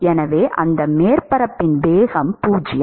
எனவே அந்த மேற்பரப்பின் வேகம் 0